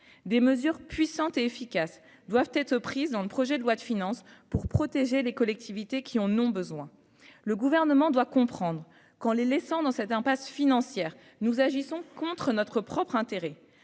des mesures puissantes et efficaces doivent être prises dans le projet de loi de finances pour protéger les collectivités qui en ont besoin, le gouvernement doit comprendre qu'en les laissant dans cette impasse financière nous agissons contre notre propre intérêt,